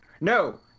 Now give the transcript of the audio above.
No